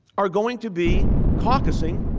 are going to be caucusing